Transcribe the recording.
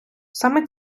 саме